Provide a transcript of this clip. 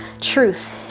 truth